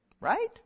right